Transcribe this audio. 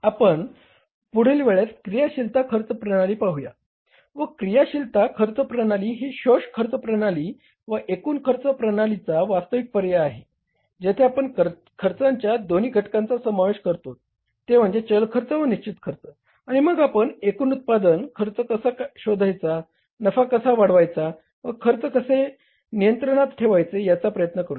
आपण पुढील वेळेस क्रियाशीलता खर्च प्रणाली पाहूया व क्रियाशीलता खर्च प्रणाली ही शोष खर्च प्रणाली व एकूण खर्च प्रणालीचा वास्तविक पर्याय आहे जेथे आपण खर्चांच्या दोन्ही घटकांचा समावेश करतोत ते म्हणजे चल खर्च व निश्चित खर्च आणि मग आपण एकूण उत्पादन खर्च कसा शोधायचा नफा कसा वाढवायचा व खर्च कसे नियंत्रणात ठेवायचे याचा प्रयत्न करूया